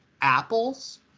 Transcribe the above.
apples